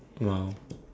!wow!